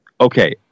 Okay